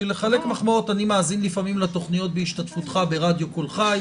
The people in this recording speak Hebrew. כדי לחלק מחמאות אני מאזין לפעמים לתוכניות בהשתתפותך ברדיו כל חי,